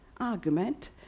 argument